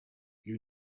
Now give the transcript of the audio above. you